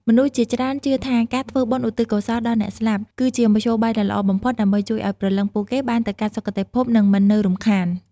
មនុស្សជាច្រើនជឿថាការធ្វើបុណ្យឧទ្ទិសកុសលដល់អ្នកស្លាប់ គឺជាមធ្យោបាយដ៏ល្អបំផុតដើម្បីជួយឱ្យព្រលឹងពួកគេបានទៅកាន់សុគតិភព និងមិននៅរំខាន។